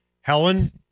Helen